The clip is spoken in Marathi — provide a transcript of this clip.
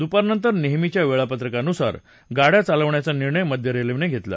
दुपारनंतर नेहमीच्या वेळापत्रकानुसार गाड्या चालवण्याचा निर्णय मध्य रेल्वेनं धेतला